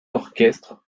orchestre